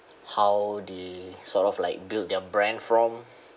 how they sort of like build their brand from